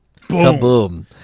-boom